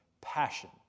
passion